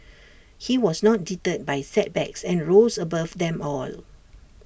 he was not deterred by setbacks and rose above them all